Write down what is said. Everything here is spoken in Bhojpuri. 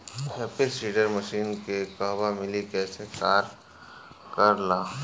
हैप्पी सीडर मसीन के कहवा मिली कैसे कार कर ला?